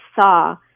saw